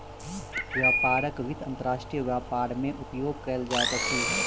व्यापारक वित्त अंतर्राष्ट्रीय व्यापार मे उपयोग कयल जाइत अछि